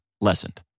lessened